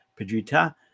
Pedrita